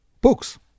books